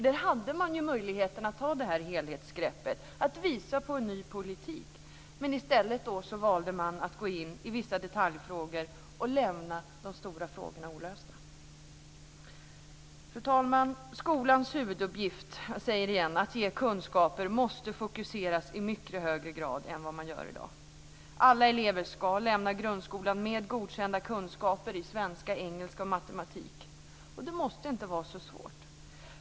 Där hade man ju möjligheten att ta det här helhetsgreppet, att visa på en ny politik. I stället valde man att gå in på vissa detaljfrågor och lämna de stora frågorna olösta. Fru talman! Jag säger igen att skolans huvuduppgift att ge kunskaper måste fokuseras i mycket högre grad än vad som görs i dag. Alla elever ska lämna grundskolan med godkända kunskaper i svenska, engelska och matematik. Det måste inte vara så svårt.